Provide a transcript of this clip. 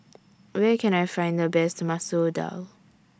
Where Can I Find The Best Masoor Dal